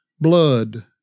blood